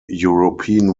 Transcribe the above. european